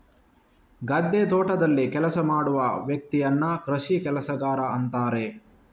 ಗದ್ದೆ, ತೋಟದಲ್ಲಿ ಕೆಲಸ ಮಾಡುವ ವ್ಯಕ್ತಿಯನ್ನ ಕೃಷಿ ಕೆಲಸಗಾರ ಅಂತಾರೆ